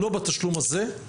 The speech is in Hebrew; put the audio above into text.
לא בתשלום הזה,